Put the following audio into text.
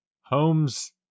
Holmes